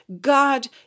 God